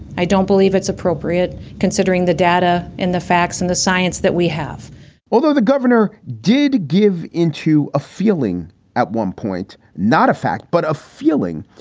i don't believe it's appropriate considering the data and the facts and the science that we have although the governor did give into a feeling at one point, not a fact, but a feeling.